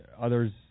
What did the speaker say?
others